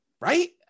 Right